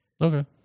Okay